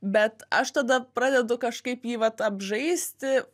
bet aš tada pradedu kažkaip jį vat apžaisti